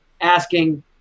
asking